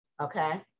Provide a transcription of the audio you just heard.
Okay